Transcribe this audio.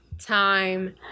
time